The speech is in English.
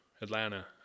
Atlanta